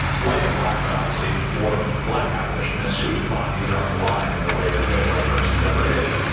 white and black but obviously more black abolitionists whose bodies are on the line in a way that no white person's ever is,